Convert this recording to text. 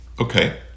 Okay